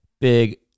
big